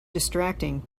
distracting